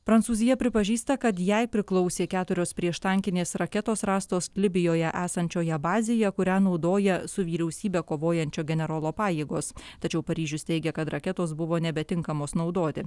prancūzija pripažįsta kad jai priklausė keturios prieštankinės raketos rastos libijoje esančioje bazėje kurią naudoja su vyriausybe kovojančio generolo pajėgos tačiau paryžius teigia kad raketos buvo nebetinkamos naudoti